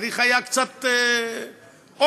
צריך היה קצת אומץ,